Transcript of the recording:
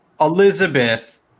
Elizabeth